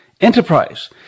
Enterprise